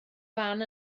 fan